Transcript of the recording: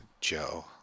Joe